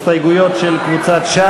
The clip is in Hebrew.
ההסתייגות לא נתקבלה.